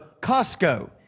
Costco